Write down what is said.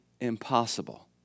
impossible